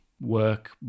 work